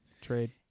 Trade